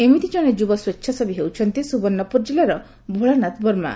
ଏମିତି ଜଣେ ଯୁବ ସ୍ୱେଛାସେବୀ ହେଉଛନ୍ତି ସୁବର୍ଣ୍ଣପୁର ଜିଲ୍ଲାର ଭୋଳାନାଥ ବମା